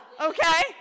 okay